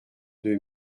deux